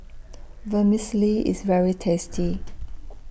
Vermicelli IS very tasty